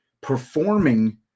performing